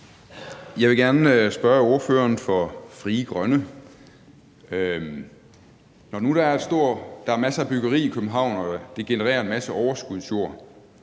Jeg vil gerne spørge ordføreren for Frie Grønne: Når nu der er masser af byggeri i København og det genererer en masse overskudsjord,